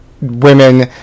women